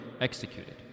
executed